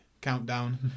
countdown